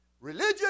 Religion